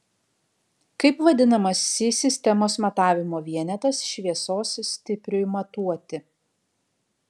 kaip vadinamas si sistemos matavimo vienetas šviesos stipriui matuoti